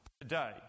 today